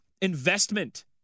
investment